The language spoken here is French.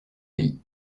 pays